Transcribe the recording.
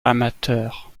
amateurs